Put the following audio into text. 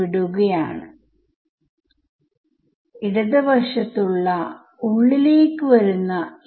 ഇവയാണ് ഉപയോഗിക്കുന്ന 5 തരത്തിൽ ഉള്ള സ്റ്റെൻസിൽ പോയിന്റുകൾ